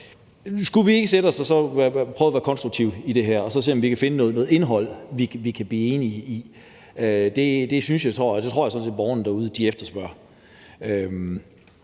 skulle vi ikke sætte os ned og prøve at være konstruktive i det her og så se, om vi kan finde noget indhold, vi kan blive enige om? Det tror jeg sådan set at borgerne derude efterspørger.